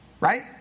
Right